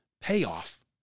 payoff